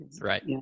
Right